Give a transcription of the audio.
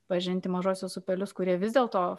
pažinti mažuosius upelius kurie vis dėlto